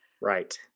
Right